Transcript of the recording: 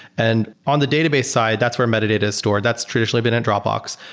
and on the database side, that's where metadata is stored. that's traditionally been at dropbox,